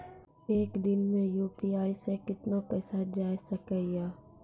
एक दिन मे यु.पी.आई से कितना पैसा जाय सके या?